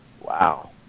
wow